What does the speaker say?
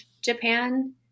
Japan